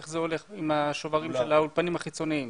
איך זה הולך עם השוברים לאולפנים החיצוניים?